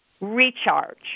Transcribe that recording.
Recharge